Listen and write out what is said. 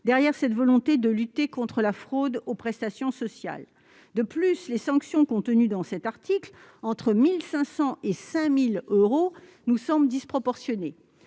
derrière cette volonté de lutter contre la fraude aux prestations sociales. De plus, les sanctions contenues dans cet article- entre 1 500 euros et 5 000 euros -nous semblent disproportionnées.